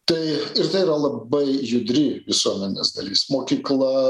tai ir tai yra labai judri visuomenės dalis mokykla